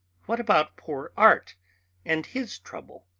what about poor art and his trouble?